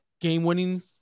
game-winning